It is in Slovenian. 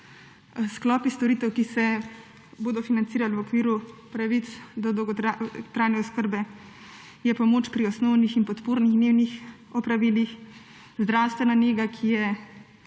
Sklopi storitev, ki se bodo financirali v okviru pravic dolgotrajne oskrbe, je pomoč pri osnovnih in podpornih dnevnih opravilih, zdravstvena nega, ki je